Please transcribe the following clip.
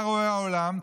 מה רואה העולם?